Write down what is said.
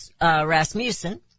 Rasmussen